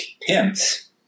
pimps